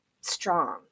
strong